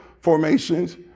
formations